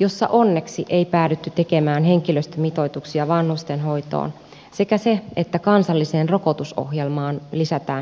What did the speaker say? jossa onneksi ei päädytty tekemään henkilöstömitoituksia vanhustenhoitoon sekä se että kansalliseen rokotusohjelmaan lisätään hpv rokote